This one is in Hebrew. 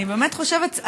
למה את קטנונית?